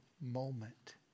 moment